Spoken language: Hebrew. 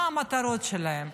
מה המטרות שלהם?